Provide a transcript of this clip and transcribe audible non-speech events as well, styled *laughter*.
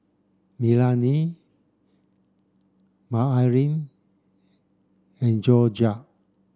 Melany *unintelligible* and Jorja